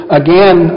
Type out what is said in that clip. again